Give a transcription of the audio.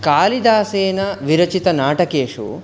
कालिदासेन विरचितनाटकेषु